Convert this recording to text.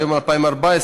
היום 2014,